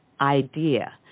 idea